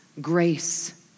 grace